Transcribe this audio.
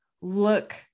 look